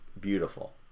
beautiful